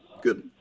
Good